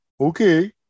okay